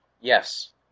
Yes